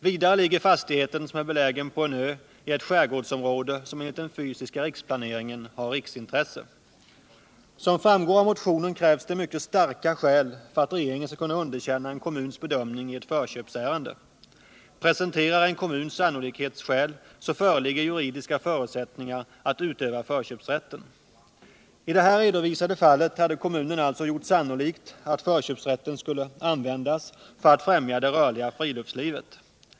Vidare ligger fastigheten, som är belägen på en ö, i ett skärgårdsområde som enligt den fysiska riksplaneringen har riksintresse. Som framgår av motionen krävs det mycket starka skäl för att regeringen skall kunna underkänna en kommuns bedömning i ett förköpsärende. Presenterar en kommun sannolikhetsskäl så föreligger juridiska förutsättningar att utöva förköpsrätten. I det här redovisade fallet hade kommunen alltså gjort sannolikt att förköpsrätten skulle användas för att främja det rörliga friluftslivet.